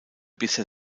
bisher